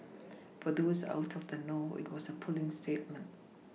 for those out of the know it was a puling statement